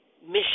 mission